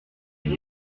hier